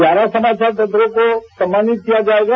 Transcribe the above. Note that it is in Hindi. ग्यारह समाचार पत्रों को सम्मानित किया जायेगा